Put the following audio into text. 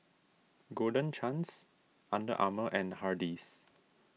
Golden Chance Under Armour and Hardy's